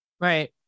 Right